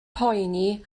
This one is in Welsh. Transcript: poeni